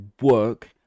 work